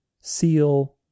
seal